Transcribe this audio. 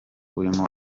urimo